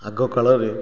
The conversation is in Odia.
ଆଗ କାଳରେ